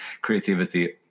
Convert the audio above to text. creativity